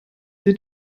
sie